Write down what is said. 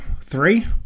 three